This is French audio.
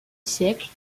siècle